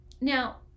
Now